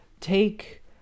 Take